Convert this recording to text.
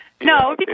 No